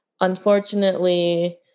unfortunately